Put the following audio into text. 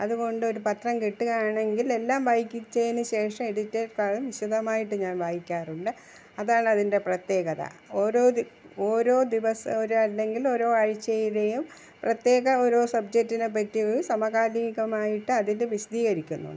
അതുകൊണ്ട് ഒരു പത്രം കിട്ടുകയാണെങ്കിൽ എല്ലാം വായിച്ചതിന് ശേഷം എഡിറ്റർ കോളം വിശദമായിട്ട് ഞാൻ വായിക്കാറുണ്ട് അതാണതിൻ്റെ പ്രത്യേകത ഓരോ ദി ഓരോ ദിവസവും അല്ലെങ്കിൽ ഓരോ ആഴ്ച്ചയിലെയും പ്രത്യേക ഓരോ സബ്ജക്റ്റിനെ പറ്റിയും സമകാലീകമായിട്ട് അതില് വിശദികരിക്കുന്നുണ്ട്